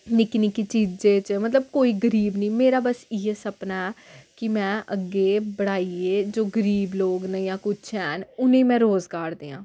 निक्की निक्की चीजें च मतलब कोई गरीब निं मेरा बस इ'यै सपना ऐ कि में अग्गें बढ़ाइयै जो गरीब लोक न जां कुछ हैन उ'नेंगी में रोजगार देआं